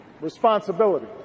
responsibility